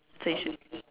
so you should